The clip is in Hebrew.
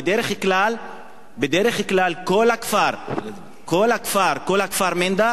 בדרך כלל כל כפר-מנדא חי בשלום,